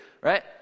right